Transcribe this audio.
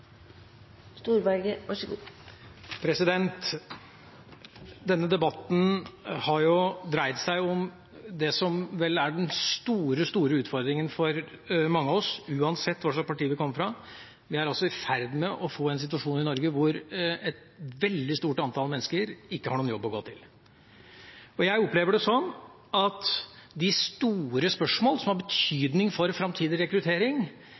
den store utfordringen for mange av oss, uansett hva slags parti vi kommer fra. Vi er altså i ferd med å få en situasjon i Norge hvor et veldig stort antall mennesker ikke har noen jobb å gå til. Jeg opplever det sånn at de store spørsmålene, som har betydning for framtidig rekruttering,